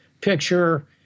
Picture